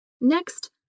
Next